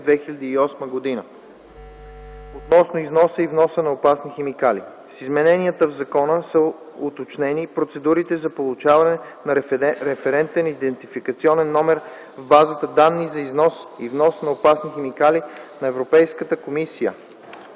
2008 г. относно износа и вноса на опасни химикали. С измененията в закона са уточнени процедурите за получаване на референтен идентификационен номер в базата данни за износ и внос на опасни химикали на Европейската комисия,